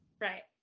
Right